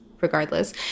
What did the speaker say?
regardless